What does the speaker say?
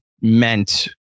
meant